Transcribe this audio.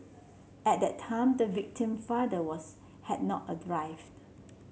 at that time the victim father was had not